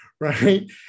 Right